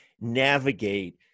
navigate